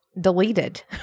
deleted